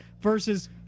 versus